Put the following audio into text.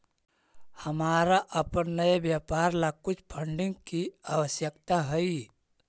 हमारा अपन नए व्यापार ला कुछ फंडिंग की आवश्यकता हई